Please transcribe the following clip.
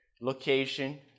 location